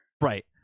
Right